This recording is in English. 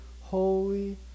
holy